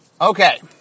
Okay